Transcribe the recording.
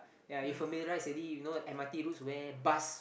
ya you familiarise already you know m_r_t routes where bus